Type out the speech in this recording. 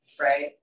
right